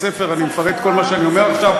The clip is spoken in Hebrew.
בספר אני מפרט את כל מה שאני אומר עכשיו,